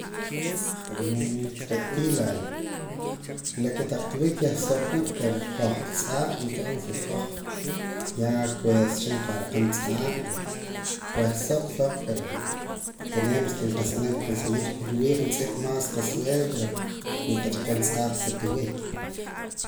je' tii la la kotaq tiwik yah suq naak pero jooj ta tz'aak entonces hoj ya cuesta cha nkaraqam tz'aak reh suq suq pero tenemos que riwii' juntz'ip m'as qasueldo reh nqach'akaam tz'aak sa tiwik